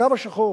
הקו השחור